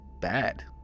bad